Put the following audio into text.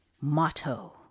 motto